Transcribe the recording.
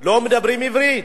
לא מדברים עברית.